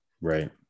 right